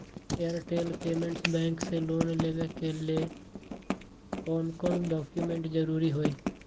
Airtel payments bank से loan लेवे के ले कौन कौन डॉक्यूमेंट जरुरी होइ?